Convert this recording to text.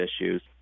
issues